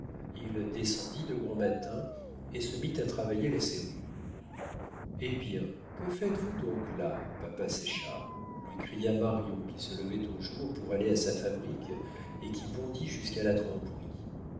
il descendit de grand matin et se mit à travailler la serrure eh bien que faites-vous donc là papa séchard lui cria marion qui se levait au jour pour aller à sa fabrique et qui bondit jusqu'à la